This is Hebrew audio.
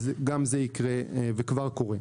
זה יקרה וכבר קורה.